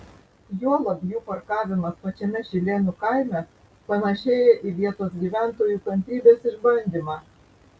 juolab jų parkavimas pačiame šilėnų kaime panašėja į vietos gyventojų kantrybės išbandymą